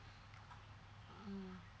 mm